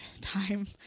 time